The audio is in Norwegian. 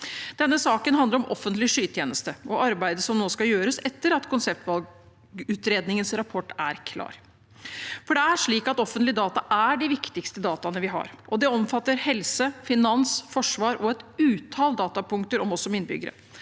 Denne saken handler om offentlig skytjeneste og arbeidet som nå skal gjøres etter at konseptvalgutredningens rapport er klar. Offentlige data er de viktigste dataene vi har, og det omfatter helse, finans, forsvar og et utall datapunkter om oss som innbyggere,